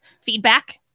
feedback